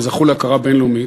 וזכו להכרה בין-לאומית,